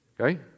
Okay